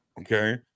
Okay